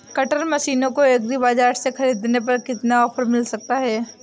Cutter machine को agri बाजार से ख़रीदने पर कितना ऑफर मिल सकता है?